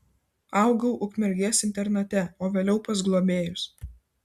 augau ukmergės internate o vėliau pas globėjus